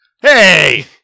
Hey